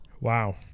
Wow